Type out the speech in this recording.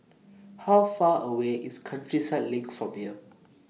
How Far away IS Countryside LINK from here